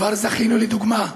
כבר זכינו, לדוגמה,